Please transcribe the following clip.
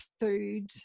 food